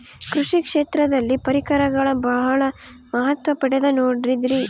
ಕೃಷಿ ಕ್ಷೇತ್ರದಲ್ಲಿ ಪರಿಕರಗಳು ಬಹಳ ಮಹತ್ವ ಪಡೆದ ನೋಡ್ರಿ?